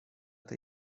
tej